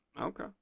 Okay